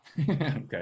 Okay